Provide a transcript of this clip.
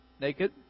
naked